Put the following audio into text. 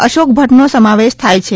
અશોક ભદ્દનો સમાવેશ થાય છે